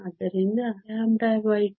ಆದ್ದರಿಂದ 2 6a ಆಗಿದೆ